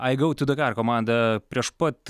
i go to dakar komanda prieš pat